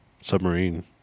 submarine